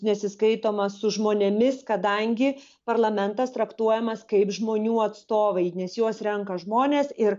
nesiskaitoma su žmonėmis kadangi parlamentas traktuojamas kaip žmonių atstovai nes juos renka žmonės ir